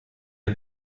had